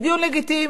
זה דיון לגיטימי.